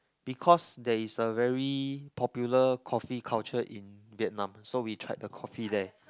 because there is a very popular coffee culture in Vietnam so we tried the coffee there